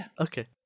okay